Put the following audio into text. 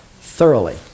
thoroughly